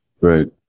right